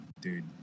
dude